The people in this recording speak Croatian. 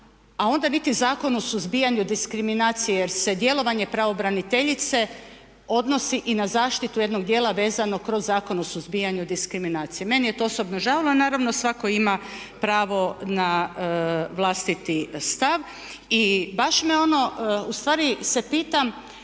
a onda niti Zakon o suzbijanju diskriminacije jer se djelovanje pravobraniteljice odnosi i na zaštitu jednog dijela vezano kroz Zakon o suzbijanju diskriminacije. Meni je to osobno žao a naravno svatko ima pravo na vlastiti stav. I baš me ono, ustvari se pitam,